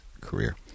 career